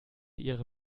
ihre